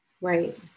Right